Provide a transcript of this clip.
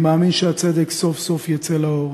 אני מאמין שהצדק סוף-סוף יצא לאור,